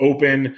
Open